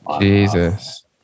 jesus